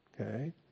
Okay